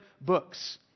books